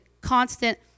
constant